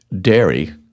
dairy